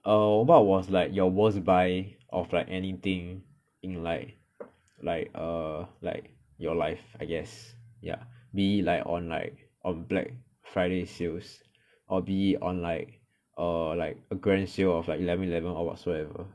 err what was like your worst buy of like anything in like like err like your life I guess ya be it like on like on black friday sales or be it on like a grand sale of like eleven eleven or whatsoever